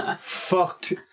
fucked